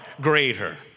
greater